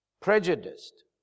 prejudiced